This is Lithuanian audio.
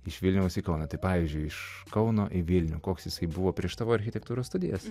iš vilniaus į kauną tai pavyzdžiui iš kauno į vilnių koks jisai buvo prieš tavo architektūros studijas